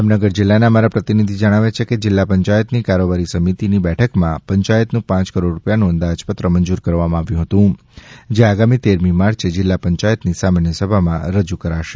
જામનગર જિલ્લાના અમારા પ્રતિનિધિ જણાવે છે કે જિલ્લા પંચાયતની કારોબારી સમિતિની બેઠકમાં પંચાયતનું પાંચ કરોડ રૂપિયાનું અંદાજપત્ર મંજૂર કરવામાં આવ્યું હતું જે આગામી તેરમી માર્ચે જિલ્લા પંચાયતની સામાન્ય સભામાં રજૂ કરાશે